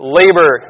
labor